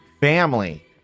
family